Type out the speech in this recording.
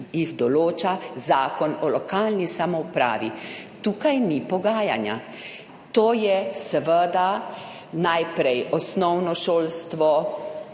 jih določa Zakon o lokalni samoupravi, tukaj ni pogajanja. To je seveda najprej osnovno šolstvo,